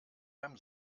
beim